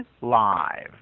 live